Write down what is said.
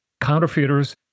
Counterfeiters